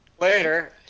Later